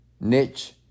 niche